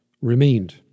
remained